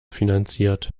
finanziert